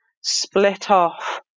split-off